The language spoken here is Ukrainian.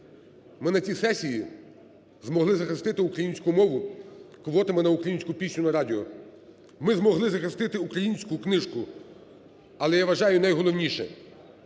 Ми на цій сесії змогли захистити українську мову квотами на українську пісню на радіо. Ми змогли захистити українську книжку. Але, я вважаю, найголовніше